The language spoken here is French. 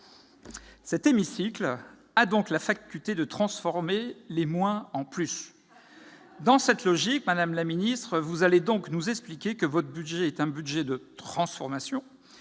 Cet hémicycle a donc la faculté de transformer les « moins » en « plus »! Dans cette logique, madame la ministre, vous allez donc nous expliquer que votre budget est un budget de transformation